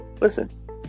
listen